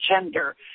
gender